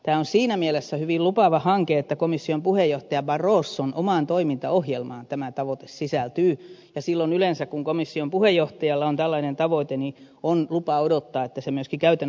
tämä on siinä mielessä hyvin lupaava hanke että komission puheenjohtajan barroson omaan toimintaohjelmaan tämä tavoite sisältyy ja silloin yleensä kun komission puheenjohtajalla on tällainen tavoite on lupa odottaa että se myöskin käytännössä toteutuu